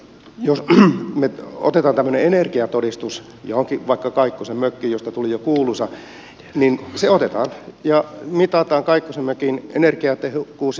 jos me otamme tällaisen energiatodistuksen johonkin vaikka kaikkosen mökkiin josta tuli jo kuuluisa niin se otetaan ja mitataan kaikkosen mökin energiatehokkuus ja se on siinä